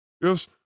Yes